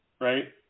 Right